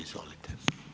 Izvolite.